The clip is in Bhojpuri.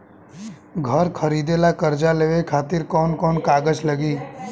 घर खरीदे ला कर्जा लेवे खातिर कौन कौन कागज लागी?